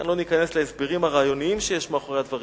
לא ניכנס כאן להסברים הרעיוניים שמאחורי הדברים,